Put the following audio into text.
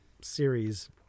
series